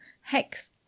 Hex